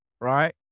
right